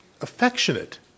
affectionate